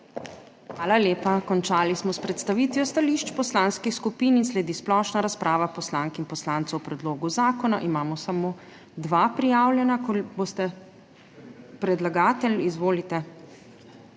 Hvala lepa. Končali smo s predstavitvijo stališč poslanskih skupin. Sledi splošna razprava poslank in poslancev o predlogu zakona. Imamo samo dva prijavljena. Boste kot predlagatelj? /